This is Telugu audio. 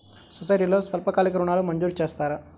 సొసైటీలో స్వల్పకాలిక ఋణాలు మంజూరు చేస్తారా?